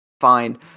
fine